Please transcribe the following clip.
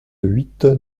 huit